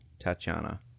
Tatiana